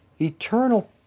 Eternal